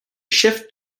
shift